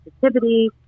sensitivity